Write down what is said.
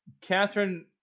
Catherine